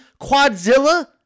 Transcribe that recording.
Quadzilla